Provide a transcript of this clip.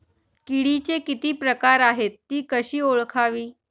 किडीचे किती प्रकार आहेत? ति कशी ओळखावी?